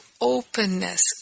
openness